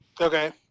Okay